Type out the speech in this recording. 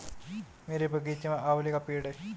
मेरे बगीचे में आंवले का पेड़ है